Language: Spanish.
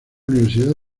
universidad